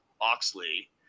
Oxley